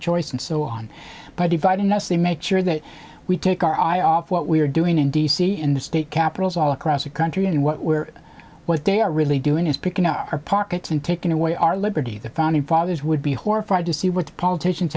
choice and so on by dividing us they make sure that we take our eye off what we're doing in d c in the state capitals all across the country and what we're what they are really doing is picking our pockets and taking away our liberty the founding fathers would be horrified to see what the politicians